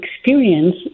experience